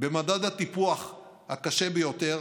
והם במדד הטיפוח הקשה ביותר,